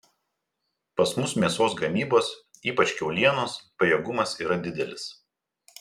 pas mus mėsos gamybos ypač kiaulienos pajėgumas yra didelis